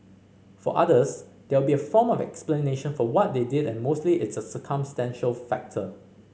for others there will be a form of explanation for what they did and mostly it's a circumstantial factor